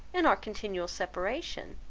and our continual separation,